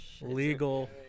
Legal